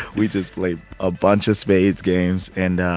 we just play a bunch of spades games. and,